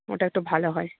ওটা তো ভালো হয়